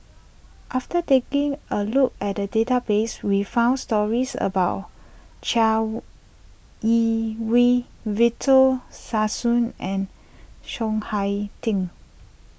after taking a look at the database we found stories about Chai Yee Wei Victor Sassoon and Chiang Hai Ding